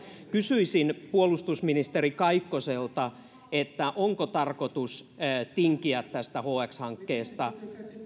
kysyisin puolustusministeri kaikkoselta onko tarkoitus tinkiä tästä hx hankkeesta